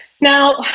Now